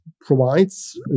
provides